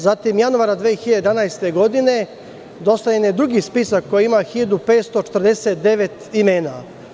Zatim, januara 2011. godine dostavljen je drugi spisak koji ima 1.549 imena.